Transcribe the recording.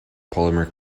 polymer